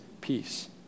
peace